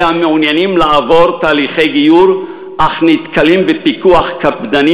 המעוניינים לעבור תהליכי גיור אך נתקלים בפיקוח קפדני